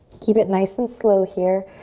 keep it nice and slow here,